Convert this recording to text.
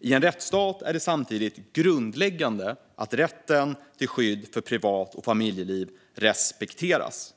I en rättsstat är det samtidigt grundläggande att rätten till skydd för privat och familjeliv respekteras.